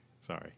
sorry